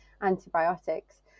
antibiotics